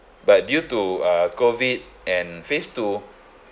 but due to uh COVID and phase two